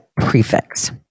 prefix